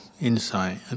insight